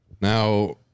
now